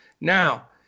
Now